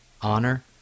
honor